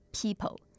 people